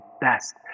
best